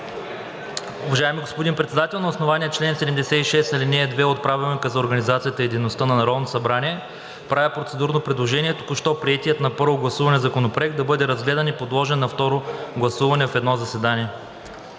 Уважаеми господин Председател, на основание чл. 76, ал. 2 от Правилника за организацията и дейността на Народното събрание, правя процедурно предложение току-що приетият на първо гласуване Законопроект да бъде подложен на второ гласуване в едно заседание.